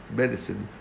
medicine